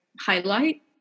highlight